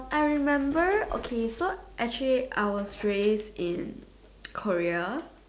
I remember okay so actually I was raised in Korea